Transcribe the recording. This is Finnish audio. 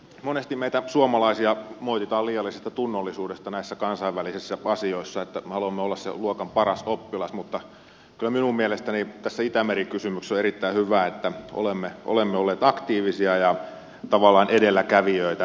monesti meitä suomalaisia moititaan liiallisesta tunnollisuudesta näissä kansainvälisissä asioissa että haluamme olla se luokan paras oppilas mutta kyllä minun mielestäni tässä itämeri kysymyksessä on erittäin hyvä että olemme olleet aktiivisia ja tavallaan edelläkävijöitä